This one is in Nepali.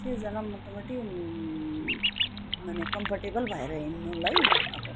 छजना मोटामोटी माने कम्फर्टेबल भएर हिँड्नुलाई अब